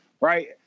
right